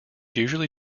usually